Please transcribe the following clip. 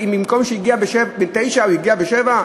במקום שהגיע ב-09:00 הוא הגיע ב-07:00?